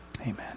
Amen